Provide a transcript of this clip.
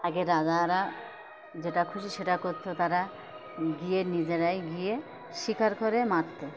আগে রাজারা যেটা খুশি সেটা করত তারা গিয়ে নিজেরাই গিয়ে শিকার করে মারত